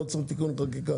אני לא צריך תיקון חקיקה.